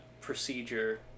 Procedure